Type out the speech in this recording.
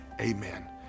amen